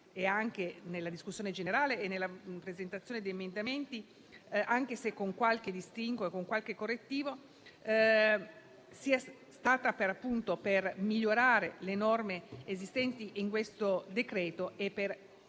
sia alla discussione generale che alla presentazione di emendamenti, anche se con qualche distinguo e con qualche correttivo - sia stata utile per migliorare le norme presenti nel decreto e per